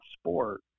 sport